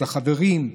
את החברים,